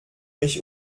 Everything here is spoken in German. mich